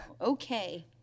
Okay